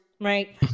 right